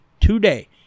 Today